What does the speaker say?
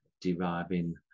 deriving